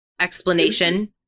explanation